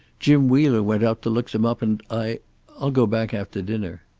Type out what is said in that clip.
jim wheeler went out to look them up, and i i'll go back after dinner.